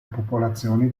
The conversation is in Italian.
popolazioni